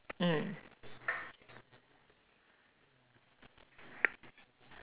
mm